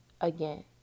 again